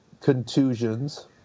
contusions